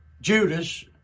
Judas